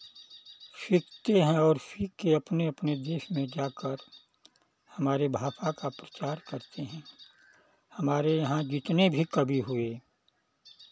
सीखते हैं और सीख के अपने अपने देश में जाकर हमारे भाषा का प्रचार करते हैं हमारे यहाँ जितने भी कवि हुए